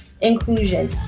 inclusion